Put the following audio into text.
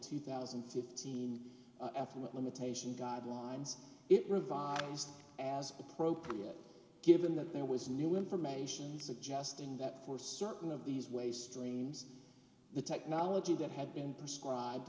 two thousand and fifteen after what limitation guidelines it revised as appropriate given that there was new information suggesting that for certain of these waste streams the technology that had been prescribe